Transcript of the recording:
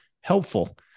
helpful